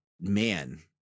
man